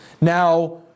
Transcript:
Now